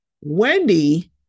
Wendy